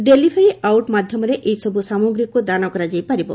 delivery out ମାଧ୍ୟମରେ ଏସବୁ ସାମଗ୍ରୀକୁ ଦାନ କରାଯାଇ ପାରିବ